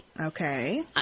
Okay